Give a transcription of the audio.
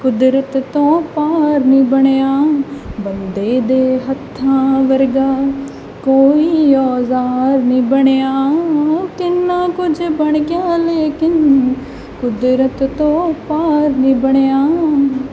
ਕੁਦਰਤ ਤੋਂ ਪਾਰ ਨਹੀਂ ਬਣਿਆ ਬੰਦੇ ਦੇ ਹੱਥਾਂ ਵਰਗਾ ਕੋਈ ਔਜ਼ਾਰ ਨਹੀਂ ਬਣਿਆ ਕਿੰਨਾ ਕੁਝ ਬਣ ਗਿਆ ਲੇਕਿਨ ਕੁਦਰਤ ਤੋਂ ਪਾਰ ਨਹੀਂ ਬਣਿਆ